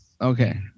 Okay